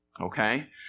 Okay